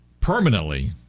Permanently